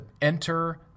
enter